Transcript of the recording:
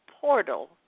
portal